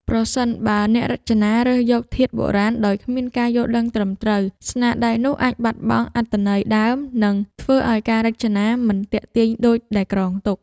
ប្រសិនបើអ្នករចនារើសយកធាតុបុរាណដោយគ្មានការយល់ដឹងត្រឹមត្រូវ ស្នាដៃនោះអាចបាត់បង់អត្ថន័យដើម និងធ្វើឲ្យការរចនាមិនទាក់ទាញដូចដែលគ្រោងទុក។